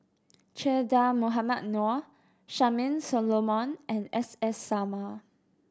Che Dah Mohamed Noor Charmaine Solomon and S S Sarma